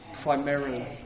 primarily